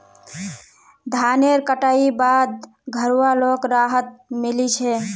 धानेर कटाई बाद घरवालोक राहत मिली छे